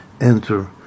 enter